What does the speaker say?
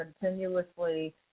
continuously